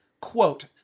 Quote